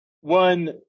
one